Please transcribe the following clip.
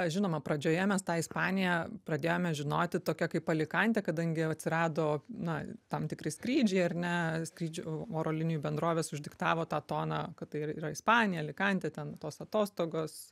žinoma pradžioje mes tą ispaniją pradėjome žinoti tokią kaip alikantę kadangi atsirado na tam tikri skrydžiai ar ne skrydžių oro linijų bendrovės uždiktavo tą toną kad tai ir yra ispanija alikantė ten tos atostogos